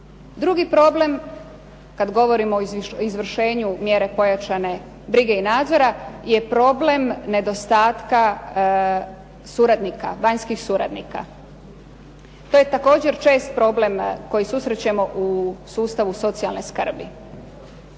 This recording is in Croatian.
Drugi problem, kada govorimo o izvršenju pojačanje brige i nadzora, jer problem nedostatka vanjskih suradnika. To je također čest problem koji susrećemo u sustavu socijalne skrbi.